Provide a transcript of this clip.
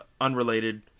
unrelated